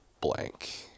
blank